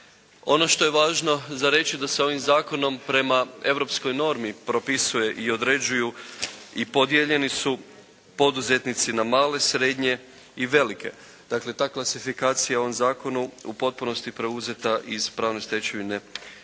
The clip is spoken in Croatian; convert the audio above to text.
Ono što je važno reći da se ovim zakonom prema europskoj normi propisuje i određuju i podijeljeni su poduzetnici na male, srednje i velike. Dakle, ta klasifikacija u ovom Zakonu u potpunosti je preuzeta iz pravne stečevine Euorpske